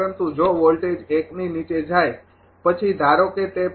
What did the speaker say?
પરંતુ જો વોલ્ટેજ ૧ ની નીચે જાય પછી ધારો કે તે છે